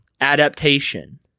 Adaptation